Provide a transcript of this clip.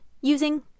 using